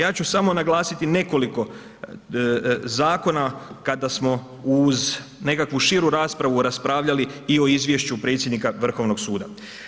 Ja ću samo naglasiti nekoliko zakona kada smo uz nekakvu širu raspravu raspravljali i o izvješću predsjednik Vrhovnog suda.